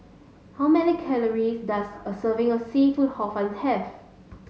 how many calories does a serving of seafood Hor Fun have